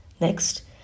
Next